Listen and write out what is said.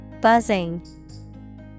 Buzzing